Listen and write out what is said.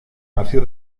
nació